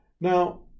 now